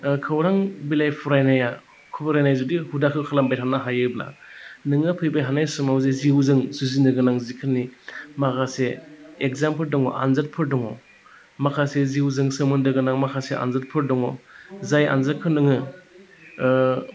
खौरां बिलाइ फरायनाय जुदि हुदाखो खालामनो हायोब्ला नोङो फैबाय थानाय समाव जिउजों जुजिनो गोनां जिखिनि माखासे एक्जामफोर दङ आनजादफोर दङ माखासे जिउजों सोमोन्दोगोनां माखासे आनजादफोर दङ जाय आनजादखौ नोङो